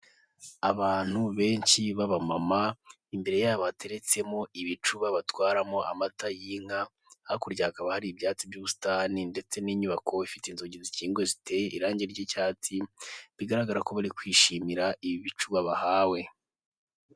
Abantu benshi ba bamama, imbere yabo bateretsemo ibicuba batwaramo amata y'inka, hakurya hakaba hari ibyatsi by'ubusitani ndetse n'inyubako ifite inzugi zikinguye ziteye irangi ry'icyatsi, bigaragara ko bari kwishimira ibicuba bahawe.